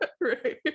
right